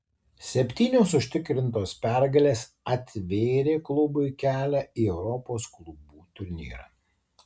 septynios užtikrintos pergalės atvėrė klubui kelią į europos klubų turnyrą